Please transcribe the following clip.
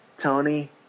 Tony